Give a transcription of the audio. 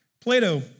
Plato